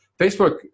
Facebook